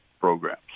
programs